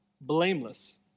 Blameless